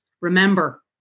Remember